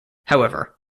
however